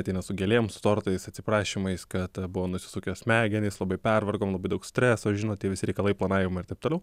ateina su gėlėm su tortais atsiprašymais kad buvo nusisukę smegenys labai pervargom labai daug streso žinot tie visi reikalai planavimai ir taip toliau